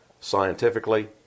scientifically